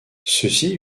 ceci